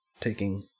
taking